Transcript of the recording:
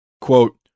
quote